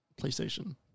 PlayStation